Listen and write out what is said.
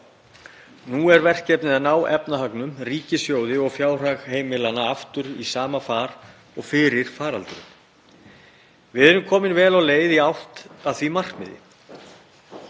Nú er verkefnið að ná efnahagnum, ríkissjóði og fjárhag heimilanna aftur í sama far og fyrir faraldurinn. Við erum komin vel á leið í átt að því markmiði.